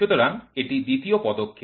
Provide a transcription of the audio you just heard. সুতরাং এটি দ্বিতীয় পদক্ষেপ